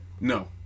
No